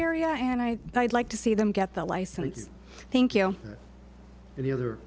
area and i would like to see them get the license thank you and the other